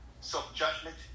self-judgment